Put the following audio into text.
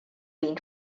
been